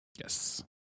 Yes